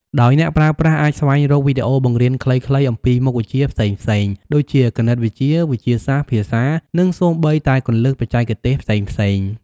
ដោយអ្នកប្រើប្រាស់អាចស្វែងរកវីដេអូបង្រៀនខ្លីៗអំពីមុខវិជ្ជាផ្សេងៗ ដូចជាគណិតវិទ្យា វិទ្យាសាស្ត្រ ភាសា និងសូម្បីតែគន្លឹះបច្ចេកទេសផ្សេងៗ។